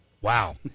Wow